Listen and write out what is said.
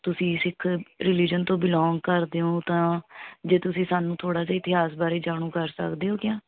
ਤੁਸੀਂ ਸਿੱਖ ਰਿਲੀਜਨ ਤੋਂ ਬਿਲੋਂਗ ਕਰਦੇ ਹੋ ਤਾਂ ਜੇ ਤੁਸੀਂ ਸਾਨੂੰ ਥੋੜ੍ਹਾ ਜਿਹਾ ਇਤਿਹਾਸ ਬਾਰੇ ਜਾਣੂ ਕਰ ਸਕਦੇ ਹੋ ਕਿਆ